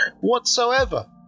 whatsoever